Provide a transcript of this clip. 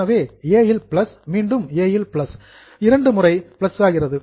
எனவே ஏ இல் பிளஸ் மீண்டும் ஏ இல் பிளஸ் இரண்டு முறை பிளஸ் ஆகிறது